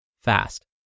fast